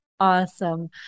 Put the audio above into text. Awesome